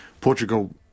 Portugal